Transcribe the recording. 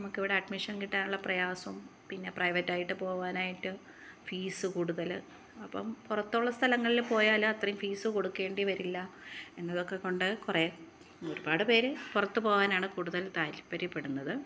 നമുക്ക് ഇവിടെ അഡ്മിഷൻ കിട്ടാൻ ഉള്ള പ്രയാസവും പിന്നെ പ്രൈവറ്റ് ആയിട്ട് പോകാൻ ആയിട്ട് ഫീസ് കൂടുതൽ അപ്പം പുറത്തുള്ള സ്ഥലങ്ങളിൽ പോയാൽ അത്രയും ഫീസ് കൊടുക്കേണ്ടി വരില്ല എന്നതൊക്കെ കൊണ്ട് കുറേ ഒരുപാട് പേർ പുറത്തു പോകാനാണ് കുടുതൽ താത്പര്യപ്പെടുന്നത്